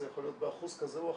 זה יכול להיות באחוז כזה או אחר.